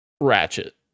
Ratchet